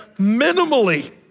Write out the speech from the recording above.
Minimally